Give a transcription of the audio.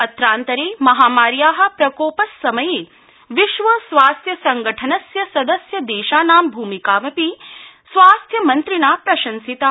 अत्रान्तरे महामार्या प्रकोप समये विश्व स्वास्थ्य संघटनस्य सदस्य देशानां भूमिकापि स्वास्थ्य मन्त्रिणा प्रशंसिता